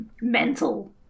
mental